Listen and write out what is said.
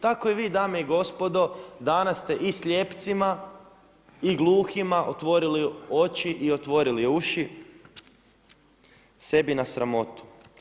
Tako i vi dame i gospodo danas ste i slijepcima i gluhima otvorili oči i otvorili uši sebi na sramotu.